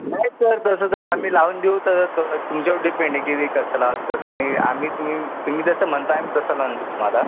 नाही सर तसं तर आम्ही लावून देऊ तसं तर तुमच्यावर डिपेंड आहे की ते कसं लावायचं असनी आम्ही तुम्ही तुम्ही जसं म्हणताय तसं लावून देऊ तुम्हाला